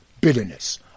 bitterness